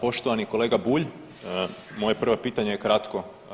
Poštovani kolega Bulj, moje prvo pitanje je kratko.